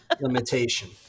limitation